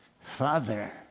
Father